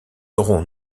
auront